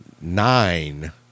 nine